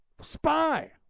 spy